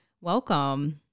Welcome